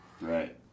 Right